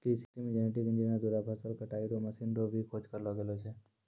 कृषि मे genetic engineer द्वारा फसल कटाई रो मशीन रो भी खोज करलो गेलो छै